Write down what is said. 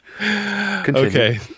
Okay